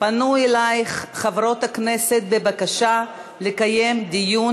פנו אלייך חברות הכנסת בבקשה לקיים דיון